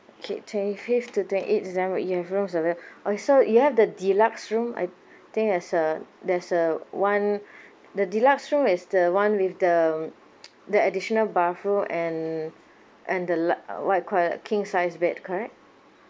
okay twenty fifth to twenty eighth december you have rooms available okay so you have the deluxe room I think there's a there's a one the deluxe room is the one with the the additional bathroom and and the la~ what you call that king size bed correct